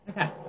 Okay